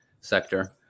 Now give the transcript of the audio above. sector